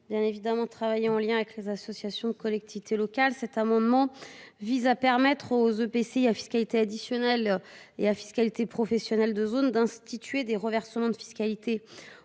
ont évidemment été travaillés en lien avec les associations de collectivités locales, cet amendement vise à permettre aux EPCI à fiscalité additionnelle et à fiscalité professionnelle de zone d’instituer des reversements de fiscalité